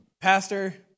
Pastor